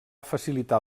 facilitar